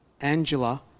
Angela